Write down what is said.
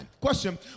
Question